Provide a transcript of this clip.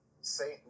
Saint